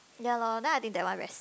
ya loh that I be the one rest